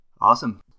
Awesome